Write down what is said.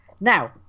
now